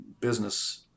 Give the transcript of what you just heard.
business